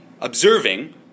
observing